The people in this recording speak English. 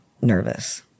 nervous